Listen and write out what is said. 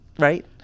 Right